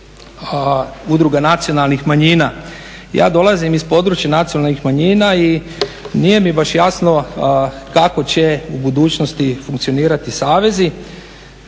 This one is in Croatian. udruga nacionalnih manjina. Ja dolazim iz područja nacionalnih manjina i nije mi baš jasno kako će u budućnosti funkcionirati savezi,